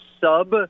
sub